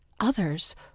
Others